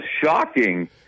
shocking